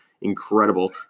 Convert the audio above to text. incredible